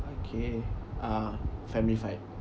okay ah family fight